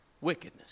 wickedness